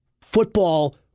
football